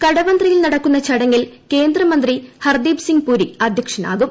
കടവന്ത്രയിൽ നടക്കുന്ന ചടങ്ങിൽ കേന്ദ്രമന്ത്രി ഹർദ്ദീപ്സിങ് പുരി അദ്ധ്യക്ഷനാകും